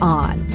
on